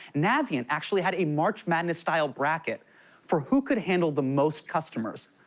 navient actually had a march madness-style bracket for who could handle the most customers.